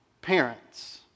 parents